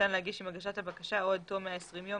ניתן להגיש עם הגשת הבקשה או עד תום 120 יום